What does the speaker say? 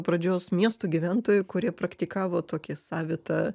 pradžios miestų gyventojai kurie praktikavo tokį savitą